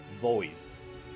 voice